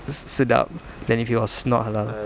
se~ sedap then if it was not halal